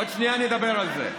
עוד שנייה נדבר על זה.